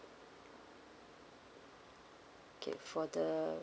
okay for the